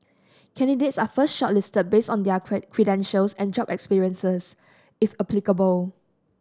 candidates are first shortlisted based on their credentials and job experiences if applicable